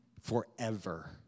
forever